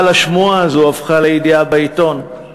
אבל השמועה הזאת הפכה לידיעה בעיתון,